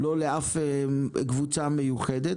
לא רק לקבוצה מיוחדת,